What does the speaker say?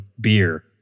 beer